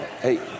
hey